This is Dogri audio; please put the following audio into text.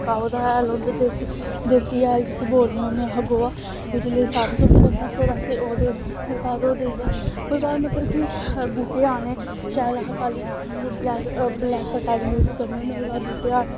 काउ दा हैल होंदा देसी देसी हैल जिसी बोलने होन्ने अस गोहा जेल्लै साफ सुक्की जंदा फिर असें ओह् देना ओह्दे बाद ओह् देइयै ओह्दे बाद मतलब कि बूह्टे आने शैल अस खाल्ली ब्लैक फर्टाइल यूज़ करने होन्ने ओह्दे बाद बूह्टे आने